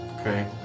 Okay